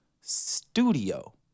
studio